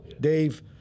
Dave